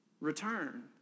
return